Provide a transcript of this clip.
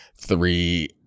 three